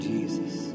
Jesus